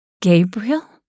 Gabriel